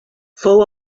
fou